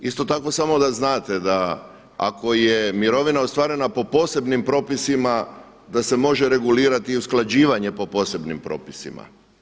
Isto tako, samo da znate da ako je mirovina ostvarena po posebnim propisima da se može regulirati i usklađivanje po posebnim propisima.